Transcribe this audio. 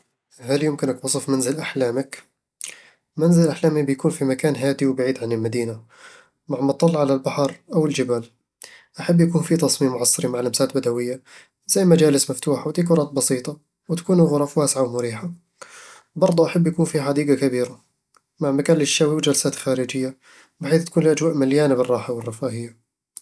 هل يمكنك وصف منزل أحلامك؟ منزل أحلامي بيكون في مكان هادي وبعيد عن المدينة، مع مطل على البحر أو الجبال أحب يكون فيه تصميم عصري، مع لمسات بدوية، زي مجالس مفتوحة وديكورات بسيطة، وتكون الغرف واسعة ومريحة وبرضه أحب يكون فيه حديقة كبيرة، مع مكان للشوي وجلسات خارجية، بحيث تكون الأجواء مليانة بالراحة والرفاهية